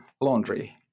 laundry